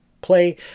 play